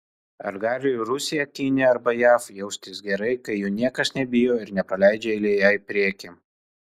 ar gali rusija kinija arba jav jaustis gerai kai jų niekas nebijo ir nepraleidžia eilėje į priekį